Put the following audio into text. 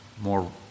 more